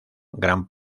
gran